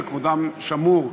וכבודם שמור.